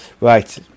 Right